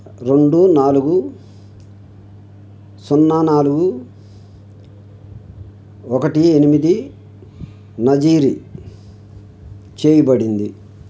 రెండు నాలుగు సున్నా నాలుగు ఒకటి ఎనిమిదిన జారీ చేయబడింది